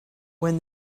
when